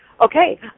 Okay